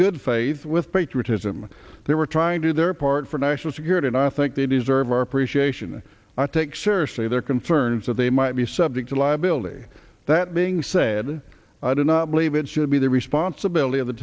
good faith with patriotism they were trying to do their part for national security and i think they deserve our appreciation i take seriously their concerns that they might be subject to liability that being said i do not believe it should be the responsibility of the